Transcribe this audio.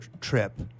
trip